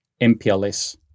MPLS